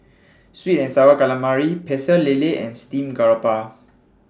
Sweet and Sour Calamari Pecel Lele and Steamed Garoupa